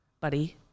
buddy